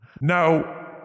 Now